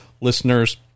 listeners